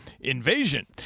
invasion